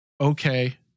Okay